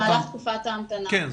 במהלך תקופת ההמתנה, כן.